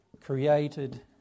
created